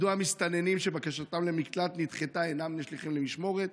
3. מדוע מסתננים שבקשתם למקלט נדחתה אינם נשלחים למשמורת?